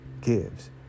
gives